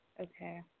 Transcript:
Okay